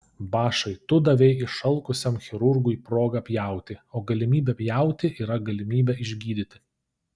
bašai tu davei išalkusiam chirurgui progą pjauti o galimybė pjauti yra galimybė išgydyti